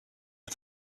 est